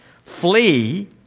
flee